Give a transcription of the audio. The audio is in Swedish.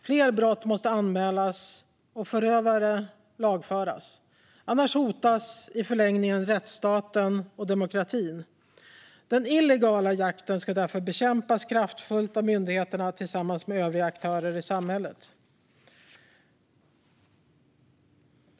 Fler brott måste anmälas och förövare lagföras, annars hotas i förlängningen rättsstaten och demokratin. Den illegala jakten ska därför bekämpas kraftfullt av myndigheterna tillsammans med övriga aktörer i samhället."